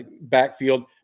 backfield